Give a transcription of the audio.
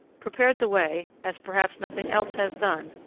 prepared the way, as perhaps nothing else has done,